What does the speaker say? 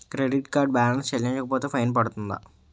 Credit card balance చెల్లించకపోతే fine పడ్తుంద?